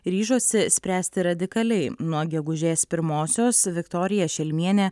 ryžosi spręsti radikaliai nuo gegužės pirmosios viktorija šelmienė